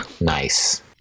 Nice